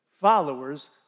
followers